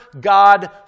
God